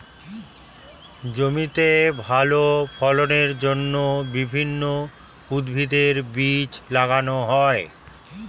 জমিতে ভালো ফলনের জন্য বিভিন্ন উদ্ভিদের বীজ লাগানো হয়